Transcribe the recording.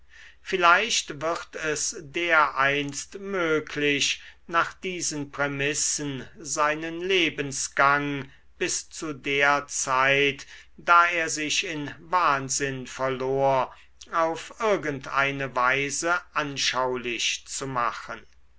vielleicht wird es dereinst möglich nach diesen prämissen seinen lebensgang bis zu der zeit da er sich in wahnsinn verlor auf irgend eine weise anschaulich zu machen